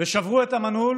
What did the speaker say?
ושברו את המנעול